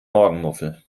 morgenmuffel